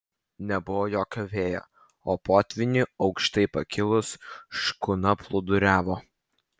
nebuvo jokio vėjo o potvyniui aukštai pakilus škuna plūduriavo